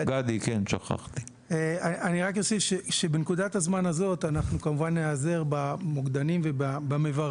אני רק אוסיף שבנקודת הזמן הזאת אנחנו כמובן ניעזר במוקדנים ובמבררים,